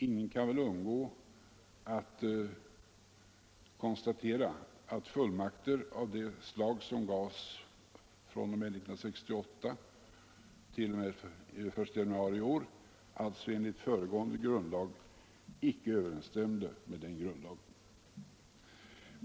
Ingen har väl kunnat undgå att konstatera, att fullmakter av det slag som gavs fr.o.m. 1968 t.o.m. den I januari i år — alltså enligt föregående grundlag — icke överensstämde med den grundlagen.